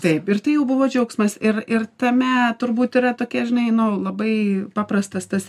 taip ir tai jau buvo džiaugsmas ir ir tame turbūt yra tokie žinai nu labai paprastas tas